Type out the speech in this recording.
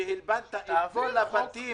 שהלבנת את כל הבתים